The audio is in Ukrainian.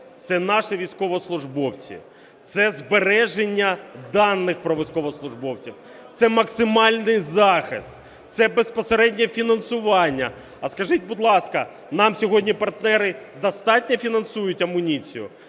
це наші військовослужбовці, це збереження даних про військовослужбовців, це максимальний захист, це безпосередньо фінансування. А скажіть, будь ласка, нам сьогодні партнери достатньо фінансують амуніцію?